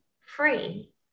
free